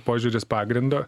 požiūris pagrindo